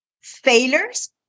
failures